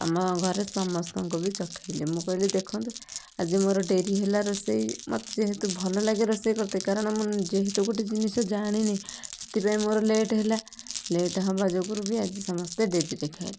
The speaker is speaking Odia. ଆମ ଘରେ ସମସ୍ତଙ୍କୁ ବି ଚଖାଇଲି ମୁଁ କହିଲି ଦେଖନ୍ତୁ ଆଜି ମୋର ଡେରି ହେଲା ରୋଷେଇ ମତେ ଯେହେତୁ ଭଲ ଲାଗେ ରୋଷେଇ କରିତେ କାରଣ ମୁଁ ଯେହେତୁ ଗୋଟେ ଜିନିଷ ଜାଣିନି ସେଥିପାଇଁ ମୋର ଲେଟ ହେଲା ଲେଟ ହବା ଯୋଗୁଁ ରୁ ବି ଆଜି ସମସ୍ତେ ଡେରିରେ ଖାଇଲେ